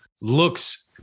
looks –